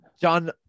John